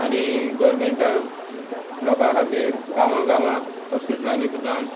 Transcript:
आनी गोवरमेंटान लोकां खातीर गांवां गांवांक हॉस्पिटलांनी सुद्दां